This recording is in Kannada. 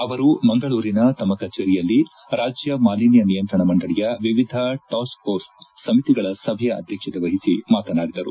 ಅವರು ಮಂಗಳೂರಿನ ತಮ್ಮ ಕಚೇರಿಯಲ್ಲಿ ರಾಜ್ಯ ಮಾಲಿನ್ಯ ನಿಯಂತ್ರಣ ಮಂಡಳಿಯ ವಿವಿಧ ಟಾಸ್ಕೆಪೋರ್ಸ್ ಸಮಿತಿಗಳ ಸಭೆಯ ಅಧ್ಯಕ್ಷತೆ ವಹಿಸಿ ಮಾತನಾಡಿದರು